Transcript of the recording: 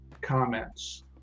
comments